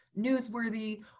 newsworthy